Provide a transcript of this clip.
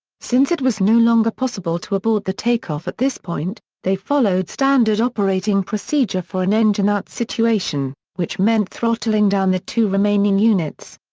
since it was no longer possible to abort the takeoff at this point, they followed standard operating procedure for an engine out situation, which meant throttling down the two remaining units.